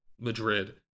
Madrid